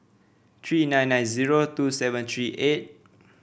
three nine nine zero two seven three eight